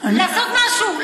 לעשות משהו,